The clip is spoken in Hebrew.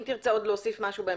אם תרצה עוד להוסיף משהו בהמשך,